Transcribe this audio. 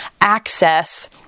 access